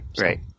Right